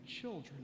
children